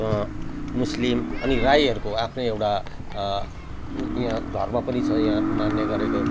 मुस्लिम अनि राईहरूको आफ्नै एउटा यहाँ धर्म पनि छ यहाँ मान्ने गरेको